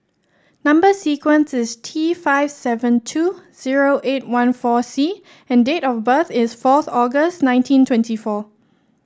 number sequence is T five seven two zero eight one four C and date of birth is fourth August nineteen twenty four